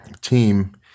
team